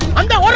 and